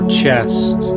chest